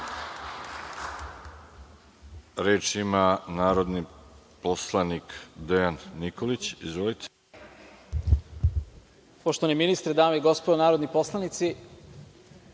Reč ima narodni poslanik Dejan Nikolić. **Dejan Nikolić** Poštovani ministre, dame i gospodo narodni poslanici,